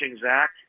Zach